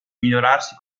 migliorarsi